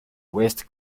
west